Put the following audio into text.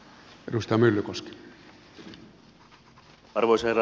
arvoisa herra puhemies